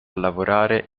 lavorare